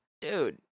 Dude